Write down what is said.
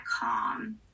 calm